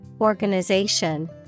organization